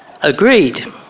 Agreed